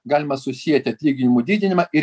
galima susieti atlyginimų didinimą ir